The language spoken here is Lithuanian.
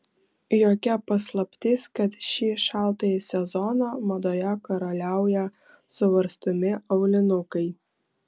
jokia paslaptis kad šį šaltąjį sezoną madoje karaliauja suvarstomi aulinukai